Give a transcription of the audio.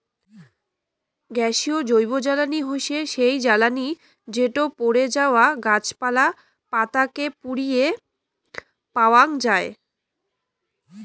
গ্যাসীয় জৈবজ্বালানী হসে সেই জ্বালানি যেটো পড়ে যাওয়া গাছপালা, পাতা কে পুড়িয়ে পাওয়াঙ যাই